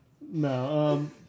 No